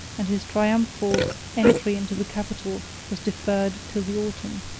and his triumphal entry into the capital was deferred till the autumn.